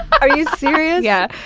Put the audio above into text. are you serious? yeah,